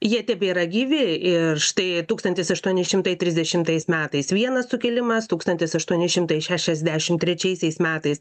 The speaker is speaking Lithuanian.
jie tebėra gyvi ir štai tūkstantis aštuoni šimtai trisdešimtais metais vienas sukilimas tūkstantis aštuoni šimtai šešiasdešimt trečiaisiais metais